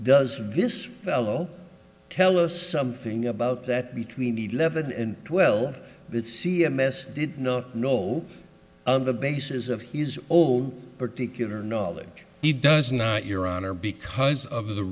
does this fellow tell us something about that between eleven and twelve that c m s did not know of the bases of his old particular knowledge he does not your honor because of the